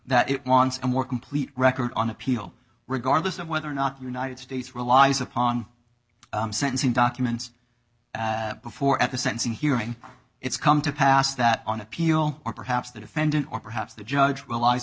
that it wants a more complete record on appeal regardless of whether or not united states relies upon sentencing documents before at the sensing hearing it's come to pass that on appeal or perhaps the defendant or perhaps the judge